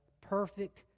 perfect